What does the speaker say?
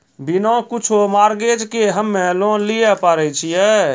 बिना कुछो मॉर्गेज के हम्मय लोन लिये पारे छियै?